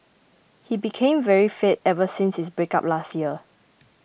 he became very fit ever since his breakup last year